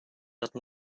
hatten